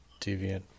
deviant